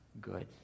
good